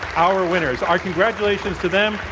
our winners. our congratulations to them.